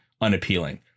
unappealing